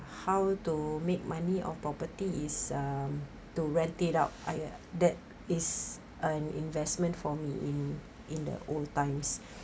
how to make money of property is um to rent it out I uh that is an investment for me in in the old times